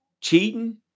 cheating